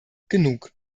genug